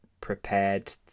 prepared